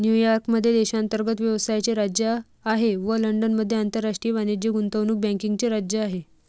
New York मध्ये देशांतर्गत व्यवसायाचे राज्य आहे व लंडनमध्ये आंतरराष्ट्रीय वाणिज्य गुंतवणूक बँकिंगचे राज्य आहे